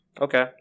Okay